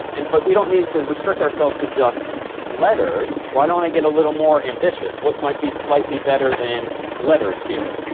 and but we don't need to restrict ourselves to just letters. why don't i get a little more ambitious? what might be slightly better than letters here?